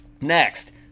next